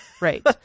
Right